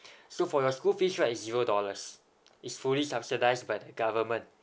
so for your school fees right is zero dollars it's fully subsidised by the government